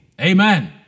Amen